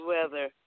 weather